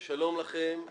שלום לכם.